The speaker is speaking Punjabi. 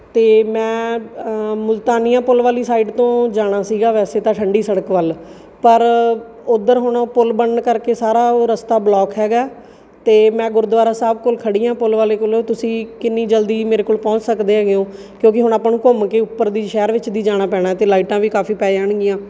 ਅਤੇ ਮੈਂ ਮੁਲਤਾਨੀਆ ਪੁੱਲ ਵਾਲੀ ਸਾਈਡ ਤੋਂ ਜਾਣਾ ਸੀਗਾ ਵੈਸੇ ਤਾਂ ਠੰਡੀ ਸੜਕ ਵੱਲ ਪਰ ਉਧਰ ਹੁਣ ਉਹ ਪੁੱਲ ਬਣਨ ਕਰਕੇ ਸਾਰਾ ਉਹ ਰਸਤਾ ਬਲੋਕ ਹੈਗਾ ਅਤੇ ਮੈਂ ਗੁਰਦੁਆਰਾ ਸਾਹਿਬ ਕੋਲ ਖੜ੍ਹੀ ਹਾਂ ਪੁੱਲ ਵਾਲੇ ਕੋਲ ਤੁਸੀਂ ਕਿੰਨੀ ਜਲਦੀ ਮੇਰੇ ਕੋਲ ਪਹੁੰਚ ਸਕਦੇ ਹੈਗੇ ਹੋ ਕਿਉਂਕਿ ਹੁਣ ਆਪਾਂ ਨੂੰ ਘੁੰਮ ਕੇ ਉੱਪਰ ਦੀ ਸ਼ਹਿਰ ਵਿੱਚ ਦੀ ਜਾਣਾ ਪੈਣਾ ਅਤੇ ਲਾਈਟਾਂ ਵੀ ਕਾਫ਼ੀ ਪੈ ਜਾਣਗੀਆਂ